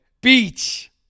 Beach